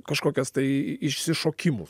kažkokias tai išsišokimų